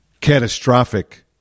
catastrophic